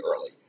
early